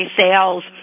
sales